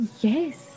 Yes